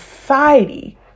society